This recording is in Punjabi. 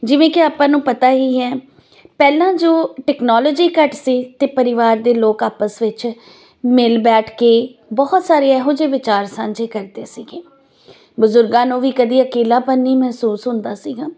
ਜਿਵੇਂ ਕਿ ਆਪਾਂ ਨੂੰ ਪਤਾ ਹੀ ਹੈ ਪਹਿਲਾਂ ਜੋ ਟੈਕਨੋਲਜੀ ਘੱਟ ਸੀ ਤੇ ਪਰਿਵਾਰ ਦੇ ਲੋਕ ਆਪਸ ਵਿੱਚ ਮਿਲ ਬੈਠ ਕੇ ਬਹੁਤ ਸਾਰੇ ਇਹੋ ਜਿਹੇ ਵਿਚਾਰ ਸਾਂਝੇ ਕਰਦੇ ਸੀਗੇ ਬਜ਼ੁਰਗਾਂ ਨੂੰ ਵੀ ਕਦੀ ਅਕੇਲਾਪਨ ਨਹੀਂ ਮਹਿਸੂਸ ਹੁੰਦਾ ਸੀਗਾ